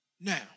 Now